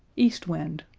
east wind,